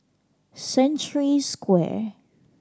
Century Square